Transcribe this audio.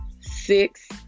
Six